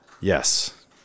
Yes